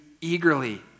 eagerly